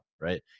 right